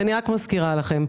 אני רק מזכירה לכם,